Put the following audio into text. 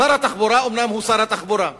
שר התחבורה הוא אומנם שר התחבורה,